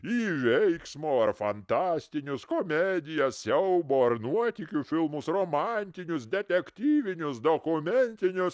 į veiksmo ar fantastinius komedijas siaubo ar nuotykių filmus romantinius detektyvinius dokumentinius